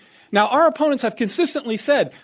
now, our opponents have consistently said,